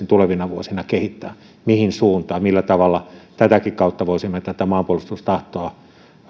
tulevina vuosina kehittää mihin suuntaan millä tavalla tätäkin kautta voisimme kehittää maanpuolustustahtoa